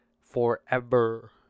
forever